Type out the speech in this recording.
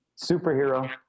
Superhero